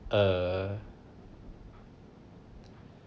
uh